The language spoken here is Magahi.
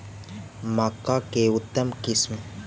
मक्का के उतम किस्म?